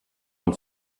man